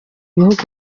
bihugu